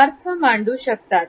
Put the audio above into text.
अर्थ मांडू शकतात